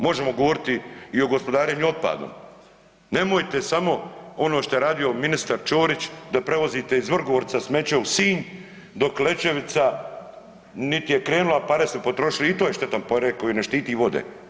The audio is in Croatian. Možemo govoriti i o gospodarenju otpadom, nemojte samo ono što je radio ministar Ćorić da prevozite iz Vrgorca smeće u Sinj dok Lećevica nit je krenula, pare su potrošili i to je štetan projekt koji ne štiti vode.